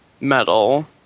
metal